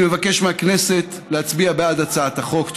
אני מבקש מהכנסת להצביע בעד הצעת החוק.